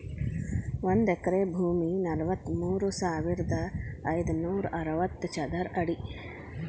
ಒಂದ ಎಕರೆ ಭೂಮಿ ನಲವತ್ಮೂರು ಸಾವಿರದ ಐದನೂರ ಅರವತ್ತ ಚದರ ಅಡಿ